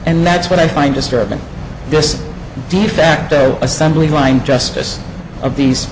and that's what i find disturbing this de facto assembly line justice of these